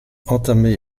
entamé